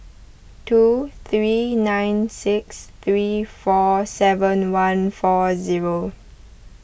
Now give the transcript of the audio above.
two three nine six three four seven one four zero